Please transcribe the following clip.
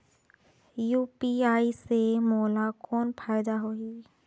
UPI से मोला कौन फायदा होही?